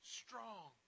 strong